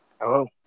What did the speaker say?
Hello